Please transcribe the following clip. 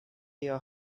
your